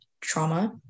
trauma